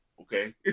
Okay